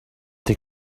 the